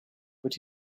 but